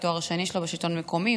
התואר השני שלו הוא בשלטון המקומי.